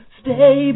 stay